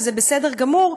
שזה בסדר גמור,